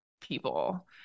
people